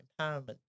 empowerment